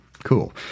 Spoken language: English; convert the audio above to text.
Cool